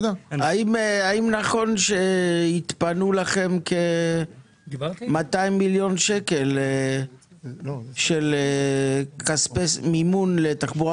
האם נכון שהתפנו לכם כ-200 מיליון שקל של מימון לתחבורה